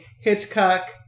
Hitchcock